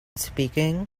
speaking